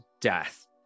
death